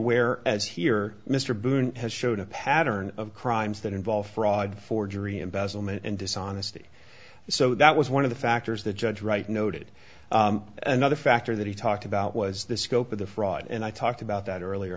where as here mr boone has shown a pattern of crimes that involve fraud forgery embezzlement and dishonesty so that was one of the factors that judge wright noted another factor that he talked about was the scope of the fraud and i talked about that earlier